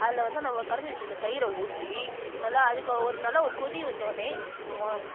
அதில் வந்து அந்த கடைஞ்சி வச்சுருந்த தயிரை ஊற்றி நல்லா அதுக்கு ஒரு நல்லா ஒரு கொதி வந்தோவுனே